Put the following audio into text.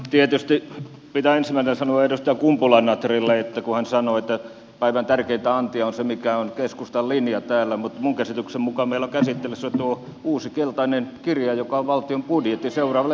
tietysti pitää ensimmäisenä sanoa edustaja kumpula natrille kun hän sanoi että päivän tärkeintä antia on se mikä on keskustan linja täällä että minun käsitykseni mukaan meillä on käsittelyssä tuo uusi keltainen kirja joka on valtion budjetti seuraavalle vuodelle